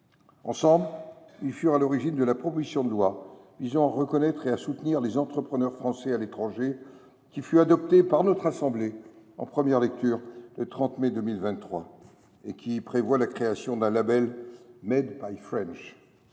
Ensemble, ils furent à l’origine de la proposition de loi visant à reconnaître et à soutenir les entrepreneurs français à l’étranger, qui fut adoptée en première lecture par le Sénat le 30 mai 2023 et qui prévoit la création d’un label « Made by French ».